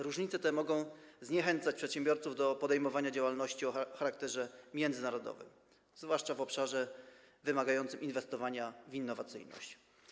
Różnice te mogą zniechęcać przedsiębiorców do podejmowania działalności o charakterze międzynarodowym, zwłaszcza w obszarze wymagającym inwestowania w innowacyjność.